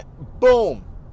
boom